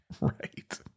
Right